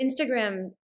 Instagram